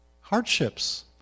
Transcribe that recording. hardships